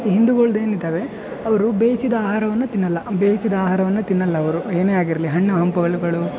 ಹಿಂದೂಗಳ್ದು ಏನಿದಾವೆ ಅವರು ಬೇಯಿಸಿದ ಆಹಾರವನ್ನು ತಿನ್ನೋಲ್ಲ ಬೇಯಿಸಿದ ಆಹಾರವನ್ನು ತಿನ್ನೋಲ್ಲವರು ಏನೇ ಆಗಿರಲಿ ಹಣ್ಣು ಹಂಪ ಹಂಪಲುಗಳು